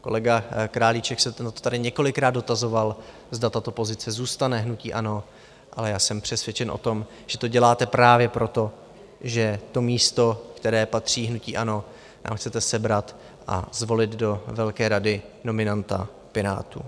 Kolega Králíček se na to tady několikrát dotazoval, zda tato pozice zůstane hnutí ANO, ale já jsem přesvědčen o tom, že to děláte právě proto, že to místo, které patří hnutí ANO, nám chcete sebrat a zvolit do velké rady nominanta Pirátů.